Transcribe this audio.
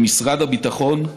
למשרד הביטחון,